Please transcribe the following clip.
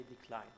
decline